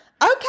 okay